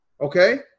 okay